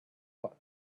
pot